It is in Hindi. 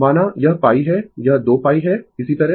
माना यह π है यह 2π है इसी तरह